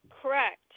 Correct